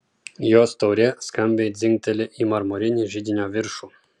jos taurė skambiai dzingteli į marmurinį židinio viršų